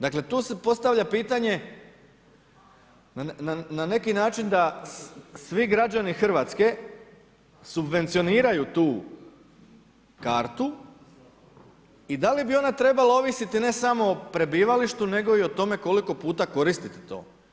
Dakle, tu se postavlja pitanje, na neki način, da svi građani Hrvatske, subvencioniraju tu kartu i da li bi ona trebala ovisiti, ne samo o prebivalištu, nego i o tome koliko puta koristiti to.